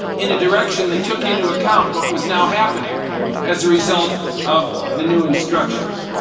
in the direction that took into account what was now happening as a result of the new instructions.